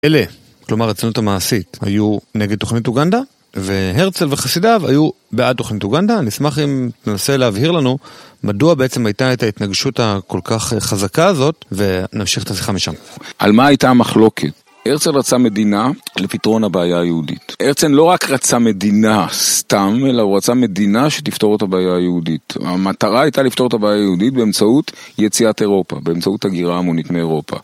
אלה, כלומר, אצלות המעשית, היו נגד תכנית אוגנדה, והרצל וכסידיו, היו בעד תכנית אוגנדה. אני אשמח אם תנסה להבהיר לנו מדוע בעצם הייתה את ההתנגשות הכל כך חזקה הזאת ונמשיך את השיחה משם. על מה הייתה המחלוקת? הרצל רצה מדינה לפתרון הבעיה היהודית. הרצל לא רק רצה מדינה סתם, אלא הוא רצה מדינה שתפתור את הבעיה היהודית. המטרה הייתה לפתור את הבעיה היהודית באמצעות יציאת אירופה, באמצעות הגירה המונית מאירופה.